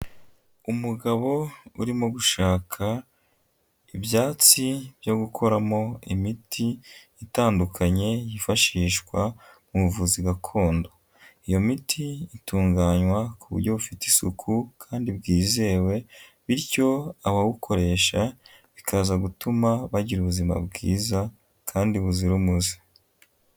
Umugabo urimo gushaka ibyatsi byo gukoramo imiti itandukanye yifashishwa mu buvuzi gakondo. Iyo miti itunganywa ku buryo bufite isuku, kandi bwizewe bityo abawukoresha bikaza gutuma bagira ubuzima bwiza kandi buzira umuze.